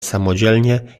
samodzielnie